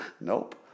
Nope